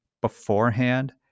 beforehand